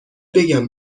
بگم